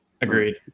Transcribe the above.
Agreed